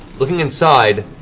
looking inside,